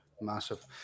massive